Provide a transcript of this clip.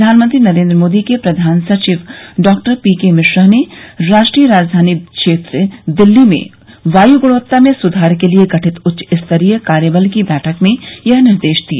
प्रधानमंत्री नरेन्द्र मोदी के प्रधान सचिव डॉक्टर पी के मिश्रा ने राष्ट्रीय राजधानी क्षेत्र दिल्ली में वायु ग्णवत्ता में सुधार के लिए गठित उच्चस्तरीय कार्यबल की बैठक में यह निर्देश दिए